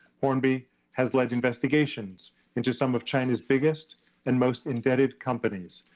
hornby has led investigations into some of china's biggest and most indebted companies,